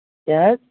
کیٛاہ حظ